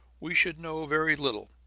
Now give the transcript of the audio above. we should know very little.